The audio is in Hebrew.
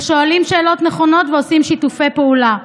שואלים שאלות נכונות ועושים שיתופי פעולה.